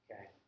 Okay